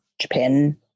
Japan